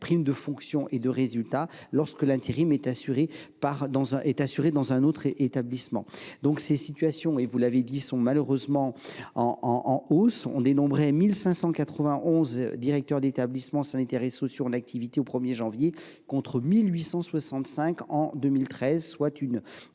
prime de fonctions et de résultats, lorsque l’intérim est assuré dans un autre établissement. Ces situations d’intérim sont malheureusement en hausse. On dénombrait 1 591 directeurs d’établissements sanitaires, sociaux et médico sociaux en activité au 1 janvier 2023, contre 1 865 en 2013, soit une